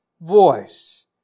voice